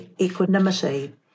equanimity